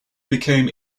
became